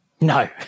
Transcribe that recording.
No